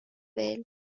veel